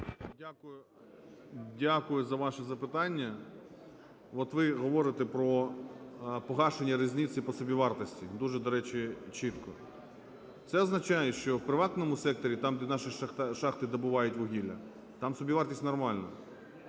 Дякую за ваше запитання. От, ви говорите про погашення різниці по собівартості дуже, до речі, чітко. Це означає, що в приватному секторі, там, де наші шахти добувають вугілля, там собівартість нормальна.